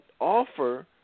offer